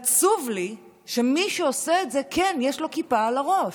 עצוב לי שמי שעושה את זה, כן, יש לו כיפה על הראש,